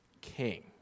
king